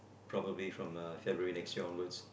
probably from uh February next year onwards